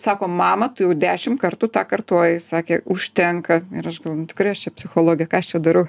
sako mama tu jau dešim kartų tą kartojai sakė užtenka ir aš galvoju nu tikrai aš čia psichologė ką aš čia darau